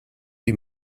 die